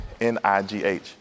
N-I-G-H